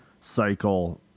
cycle